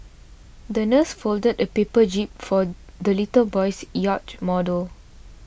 the nurse folded a paper jib for the little boy's yacht model